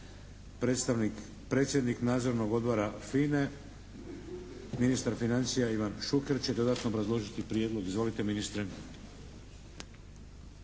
Predstavnik, predsjednik Nadzornog odbora FINA-e, ministar financija Ivan Šuker će dodatno obrazložiti prijedlog. Izvolite ministre.